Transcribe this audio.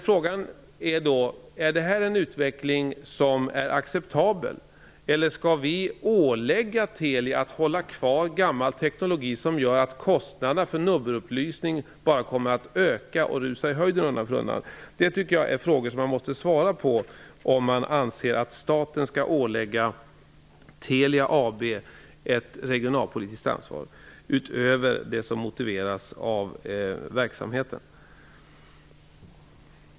Frågan är om detta är en utveckling som är acceptabel. Eller skall vi ålägga Telia att hålla fast vid gammal teknologi som gör att kostnaderna för nummerupplysning bara kommer att öka undan för undan? Det är frågor som man måste svara på om man anser att staten skall ålägga Telia AB ett regionalpolitiskt ansvar utöver det som motiveras av verksamheten.